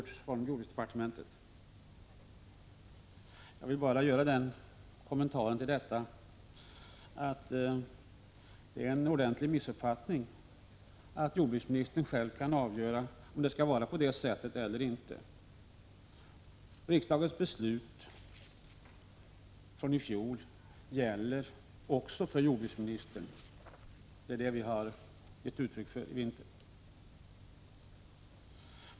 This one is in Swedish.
Till detta vill jag bara göra den kommentaren att det är en ordentlig missuppfattning att jordbruksministern själv kan avgöra huruvida det skall vara på det sättet. Riksdagens beslut från i fjol gäller också för jordbruksministern. Detta har vi gett uttryck för i vinter.